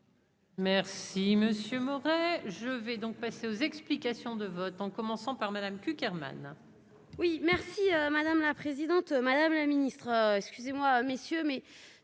Merci monsieur Moret, je vais donc passer aux explications de vote, en commençant par Madame Cuq Hermann. Oui merci madame la présidente, madame la Ministre excusez-moi messieurs, mais